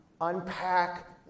unpack